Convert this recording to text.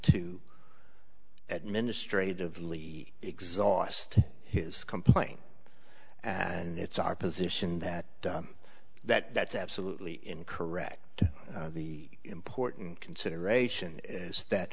to administratively exhaust his complaint and it's our position that that that's absolutely correct the important consideration is that